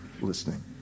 listening